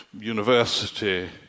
university